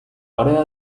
área